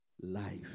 life